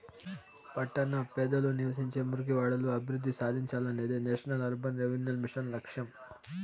పట్టణ పేదలు నివసించే మురికివాడలు అభివృద్ధి సాధించాలనేదే నేషనల్ అర్బన్ రెన్యువల్ మిషన్ లక్ష్యం